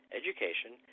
education